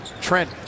Trent